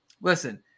Listen